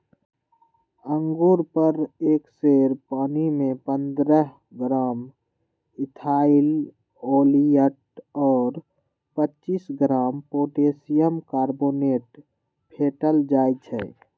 अंगुर पर एक सेर पानीमे पंडह ग्राम इथाइल ओलियट और पच्चीस ग्राम पोटेशियम कार्बोनेट फेटल जाई छै